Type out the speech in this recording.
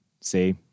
See